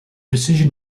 decision